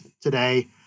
today